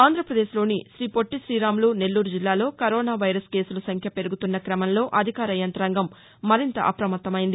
ఆంధ్రప్రదేశ్లోని శ్రీపొట్లి శ్రీరాములు నెల్లూరు జిల్లాలోని corona virus కేసుల సంఖ్య పెరుగుతున్న క్రమంలో అధికార యంత్రాంగం మరింత అపమత్తమైంది